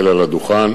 אומר,